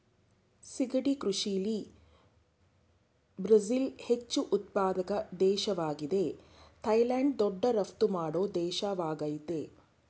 ಸಿಗಡಿ ಕೃಷಿಲಿ ಬ್ರಝಿಲ್ ಹೆಚ್ಚು ಉತ್ಪಾದಕ ದೇಶ್ವಾಗಿದೆ ಥೈಲ್ಯಾಂಡ್ ದೊಡ್ಡ ರಫ್ತು ಮಾಡೋ ದೇಶವಾಗಯ್ತೆ